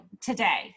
today